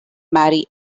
marry